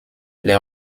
les